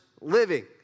living